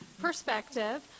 perspective